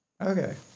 Okay